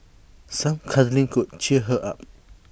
some cuddling could cheer her up